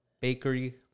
bakery